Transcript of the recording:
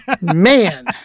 Man